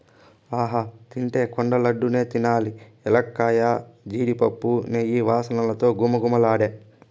ఆహా తింటే కొండ లడ్డూ నే తినాలి ఎలక్కాయ, జీడిపప్పు, నెయ్యి వాసనతో ఘుమఘుమలాడే